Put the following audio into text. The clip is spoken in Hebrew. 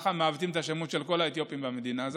ככה מעוותים את השמות של כל האתיופים במדינה.